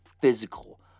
physical